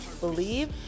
BELIEVE